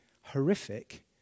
horrific